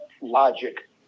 logic